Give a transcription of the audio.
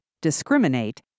discriminate